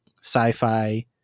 sci-fi